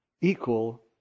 equal